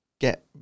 get